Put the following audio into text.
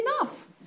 enough